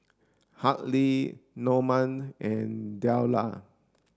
Hartley Namon and Deliah